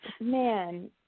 Man